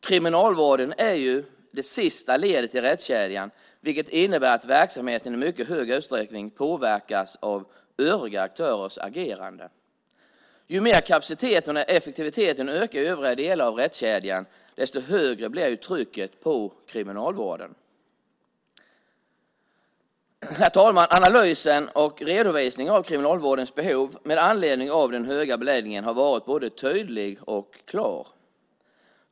Kriminalvården är ju det sista ledet i rättskedjan, vilket innebär att verksamheten i mycket stor utsträckning påverkas av övriga aktörers agerande. Ju mer kapaciteten och effektiviteten ökar i övriga delar av rättskedjan, desto högre blir trycket på kriminalvården. Herr talman! Analysen och redovisningen av kriminalvårdens behov med anledning av den höga beläggningen har varit både tydlig och klar.